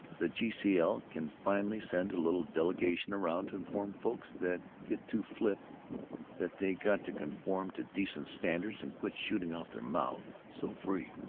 the g. c. l. can finally send a little delegation around to inform folks that get too flip that they got to conform to decent standards and quit shooting off their mouths so free.